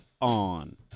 On